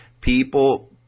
people